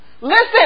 Listen